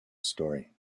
story